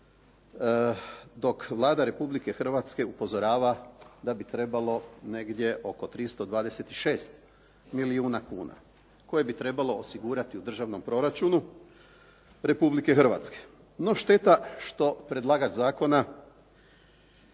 dok Vlada Republike Hrvatske upozorava da bi trebalo negdje oko 326 milijuna kuna koje bi trebalo osigurati u državnom proračunu Republike Hrvatske. No šteta što predlagač zakona